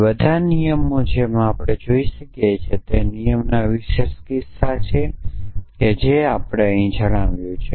તેથી આ બધા નિયમો જેમ આપણે જોઈ શકીએ છીએ તે નિયમના વિશેષ કિસ્સા છે જે આપણે અહીં જણાવ્યું છે